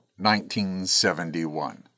1971